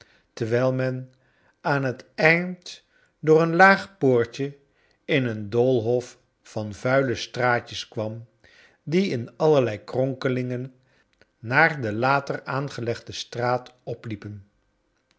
terwijl men aan het eind door een laag poortje in een doolhof van vuile straatjes kwam die in allerlei kronkelingen naar de later aangelegde straat opliepen